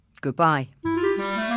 Goodbye